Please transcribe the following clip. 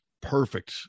perfect